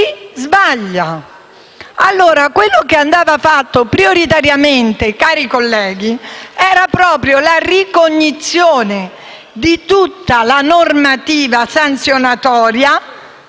sbaglia. Quello che, allora, andava fatto prioritariamente, cari colleghi, era proprio la ricognizione di tutta la normativa sanzionatoria